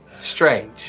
strange